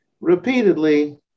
repeatedly